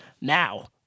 Now